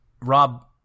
Rob